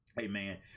Amen